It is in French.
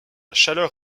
chaleur